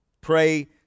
Pray